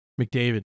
McDavid